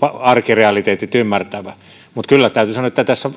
arkirealiteetit ymmärtävä mutta kyllä täytyy sanoa että tässä